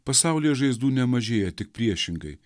pasaulyje žaizdų nemažėja tik priešingai